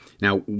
Now